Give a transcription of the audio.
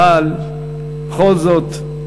אבל בכל זאת,